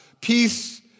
peace